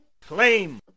flame